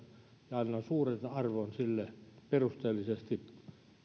ja annan suuren arvon sille perusteellisesti